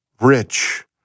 rich